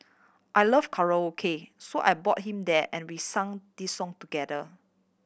I love karaoke so I brought him there and we sang this song together